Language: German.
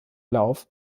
lauf